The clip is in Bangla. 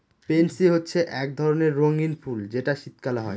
পেনসি হচ্ছে এক ধরণের রঙ্গীন ফুল যেটা শীতকালে হয়